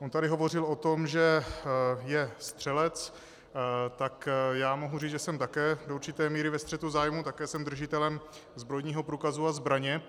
On tady hovořil o tom, že je střelec, tak mohu říct, že jsem také do určité míry ve střetu zájmů, také jsem držitelem zbrojního průkazu a zbraně.